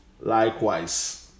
likewise